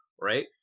right